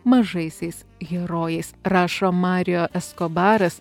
mažaisiais herojais rašo marijo eskobaras